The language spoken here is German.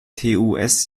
tus